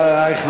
אייכלר,